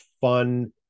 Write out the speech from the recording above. fun